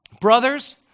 brothers